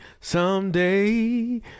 Someday